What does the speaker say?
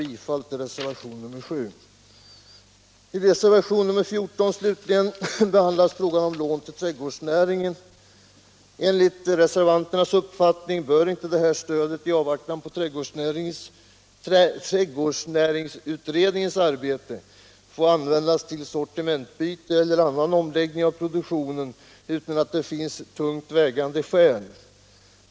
I reservation nr 14 slutligen behandlas frågan om lån till trädgårdsnäringen. Enligt reservanternas uppfattning bör det här stödet i avvaktan på trädgårdsnäringsutredningens arbete inte få användas till sortimentsbyte eller annan omläggning av produktionen utan att det finns tungt vägande skäl.